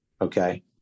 Okay